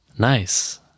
Nice